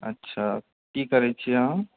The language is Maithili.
अच्छा की करय छिऐ अहाँ